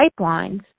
pipelines